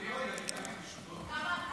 אדוני היושב-ראש,